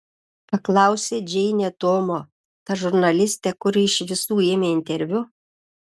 paklausė džeinė tomo ta žurnalistė kuri iš visų ėmė interviu